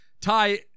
ty